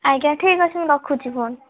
ଆଜ୍ଞା ଠିକ୍ ଅଛି ମୁଁ ରଖୁଛି ଫୋନ୍